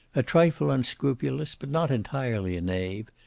a trifle unscrupulous but not entirely a knave,